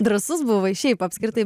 drąsus buvai šiaip apskritai